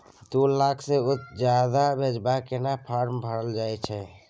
दू लाख से ज्यादा भेजबाक केना फारम भरल जाए छै?